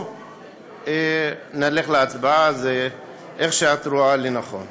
או שנלך להצבעה, איך שאת רואה לנכון.